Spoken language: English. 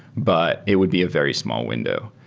but it would be a very small window.